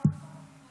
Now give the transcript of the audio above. חבריי חברי הכנסת,